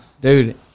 dude